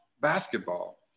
basketball